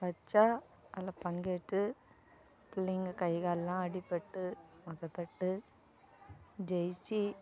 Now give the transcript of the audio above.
வச்சு அதில் பங்குட்டு பிள்ளைங்க கை கால்லாம் அடிப்பட்டு உதபட்டு ஜெயித்து